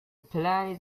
plan